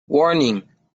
warning